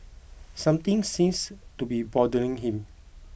something seems to be bothering him